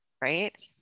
right